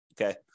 Okay